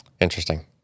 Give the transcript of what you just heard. Interesting